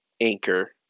Anchor